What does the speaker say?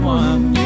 one